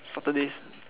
Saturdays